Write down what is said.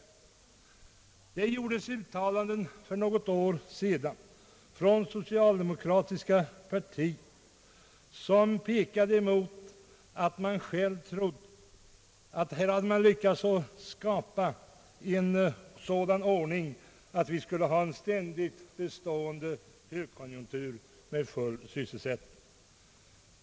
För något år sedan gjordes uttalanden från det socialdemokratiska partiet som tydde på att man själv trodde att man hade lyckats skapa en sådan ordning att vi kunde räkna på en ständigt bestående högkonjunktur med full sysselsättning.